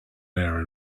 area